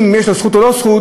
אם יש לו זכות או אין לו זכות,